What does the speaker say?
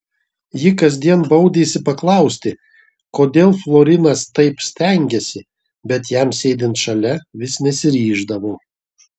ji kasdien baudėsi paklausti kodėl florinas taip stengiasi bet jam sėdint šalia vis nesiryždavo